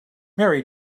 mary